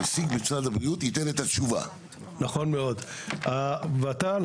אני רוצה לוודא שהדבר הזה, בות"ל,